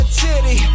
titty